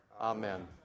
Amen